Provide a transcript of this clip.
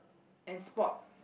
and sports